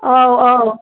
औ औ